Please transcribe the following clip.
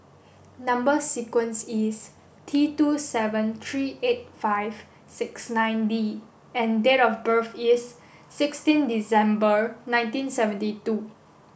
number sequence is T two seven three eight five six nine D and date of birth is sixteen December nineteen seventy two